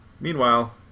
Meanwhile